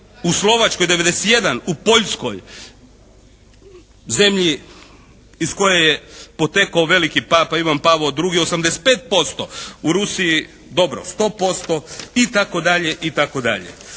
u Slovačkoj 91, u Poljskoj zemlji iz koje je potekao veliki papa Ivan Pavao II 85%, u Rusiji dobro 100% itd. itd.